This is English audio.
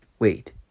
Wait